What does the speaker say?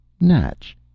Natch